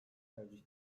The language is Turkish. tercih